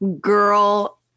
girl